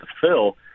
fill